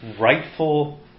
rightful